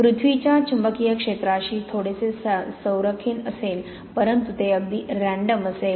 पृथ्वीच्या चुंबकीय क्षेत्राशी थोडेसे संरेखन असेल परंतु ते अगदी रँडम असेल